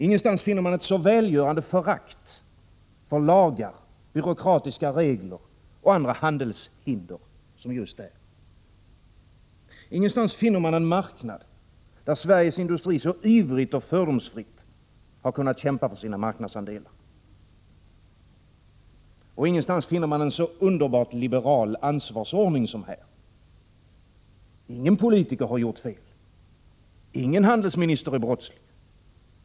Ingenstans finner man ett så välgörande förakt för lagar, byråkratiska regler och andra handelshinder, som just här. Ingenstans finner man en marknad, där Sveriges industri så ivrigt och fördomsfritt kunnat kämpa för sina marknadsandelar. Och ingenstans finner man en så underbart liberal ansvarsordning som här. Ingen politiker har gjort fel. Ingen handelsminister är brottslig.